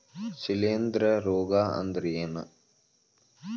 ಶಿಲೇಂಧ್ರ ರೋಗಾ ಅಂದ್ರ ಏನ್?